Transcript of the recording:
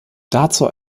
dazu